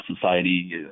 society